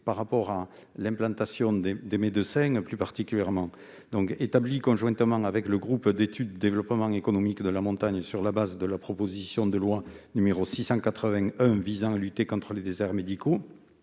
la question de l'implantation des médecins en particulier. Établi conjointement avec le groupe d'études développement économique de la montagne, et sur la base de la proposition de loi n° 681 visant à lutter contre les déserts médicaux,